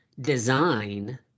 design